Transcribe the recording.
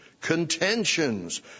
contentions